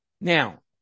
Now